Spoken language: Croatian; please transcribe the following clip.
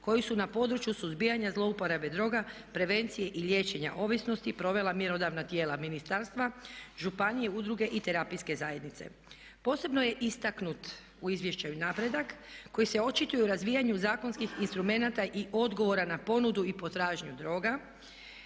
koji su na području suzbijanja zlouporabe droga, prevencije i liječenja ovisnosti provela mjerodavna tijela ministarstva, županije, udruge i terapijske zajednice. Posebno je istaknut u izvješću i napredak koji se očituje u razvijanju zakonskih instrumenata i odgovora na ponudu i potražnju droga